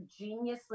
geniusly